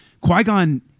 Qui-Gon